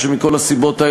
סיכוי